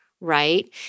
Right